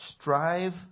Strive